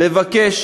לבקש